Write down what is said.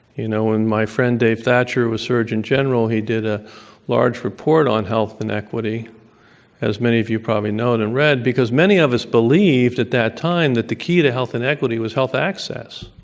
you know, when my friend dave thatcher was surgeon general he did a large report on health inequity as many of your probably know it and read, because many of us believed at that time that the key to health inequity was health access.